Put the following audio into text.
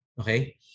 Okay